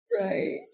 Right